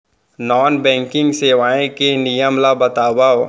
Non banking सेवाएं के नियम ला बतावव?